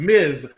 Miz